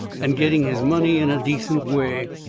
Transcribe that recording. and getting his money in a decent way.